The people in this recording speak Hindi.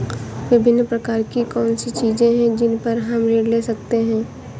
विभिन्न प्रकार की कौन सी चीजें हैं जिन पर हम ऋण ले सकते हैं?